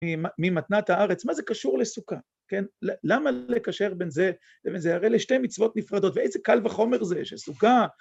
‫ממתנת הארץ, מה זה קשור לסוכה? כן - ‫למה לקשר בין זה לבין זה? ‫הרי אלה שתי מצוות נפרדות, ‫ואיזה קל וחומר זה שסוכה.